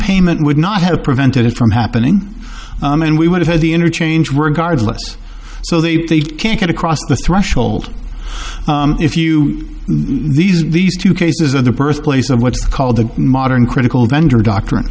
nonpayment would not have prevented it from happening and we would have had the interchange regardless so they can't get across the threshold if you know these these two cases are the birthplace of what's called the modern critical vendor doctrine